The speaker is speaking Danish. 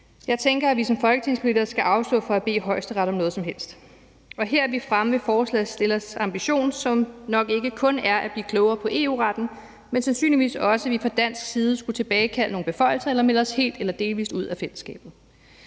Jeg tænker, at vi som folketingspolitikere skal afstå fra at bede Højesteret om noget som helst. Her er vi fremme ved forslagsstillernes ambition, som nok ikke kun er at blive klogere på EU-retten, men sandsynligvis også, at vi fra dansk side skulle tilbagekalde nogle beføjelser eller melde os helt eller delvis ud af fællesskabet.